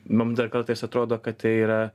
mum dar kartais atrodo kad tai yra